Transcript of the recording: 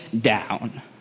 down